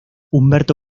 humberto